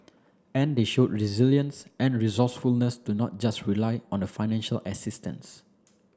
and they showed resilience and resourcefulness to not just rely on the financial assistance